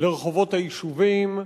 לרחובות היישובים,